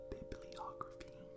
Bibliography